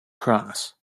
cross